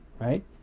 right